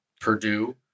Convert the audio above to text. Purdue